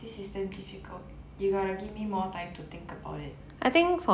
this is damn difficult you gotta give me more time to think about it